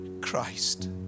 Christ